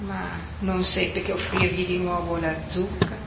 ma non seppe che offrirgli di nuovo la zucca